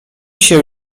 się